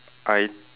I